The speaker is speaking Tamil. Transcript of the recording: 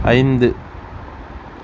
ஐந்து